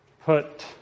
put